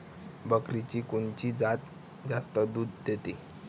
बकरीची कोनची जात जास्त दूध देते?